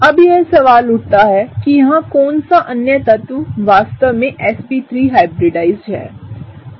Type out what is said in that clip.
अब यह सवाल उठता है कि यहां कौन सा अन्य तत्व वास्तव मेंsp3हाइब्रिडाइज्ड है